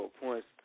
points